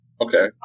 Okay